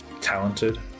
talented